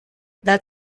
that